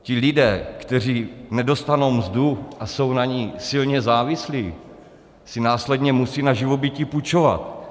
Ti lidé, kteří nedostanou mzdu a jsou na ní silně závislí, si následně musí na živobytí půjčovat.